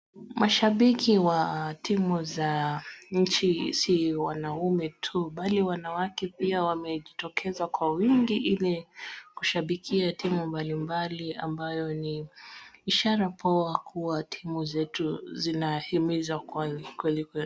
Mashambiki wa timu za nchi si wanaume tu bali wanawake pia wamejitokeza kwa wingi ili kushabikia timu mbalimbali ambayo ni ishara poa kuwa timu zetu zinaimiza kweli kweli.